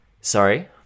sorry